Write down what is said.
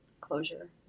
closure